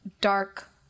dark